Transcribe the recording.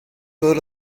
todas